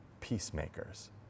peacemakers